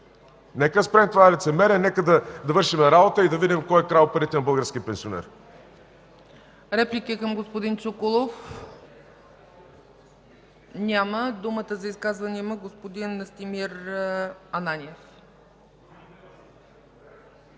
Нека спрем с това лицемерие, нека да вършим работа и да видим кой е крал парите на българския пенсионер.